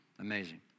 Amazing